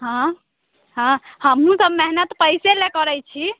हँ हँ हमहुँ सब मेहनत पैसे लऽ करैत छी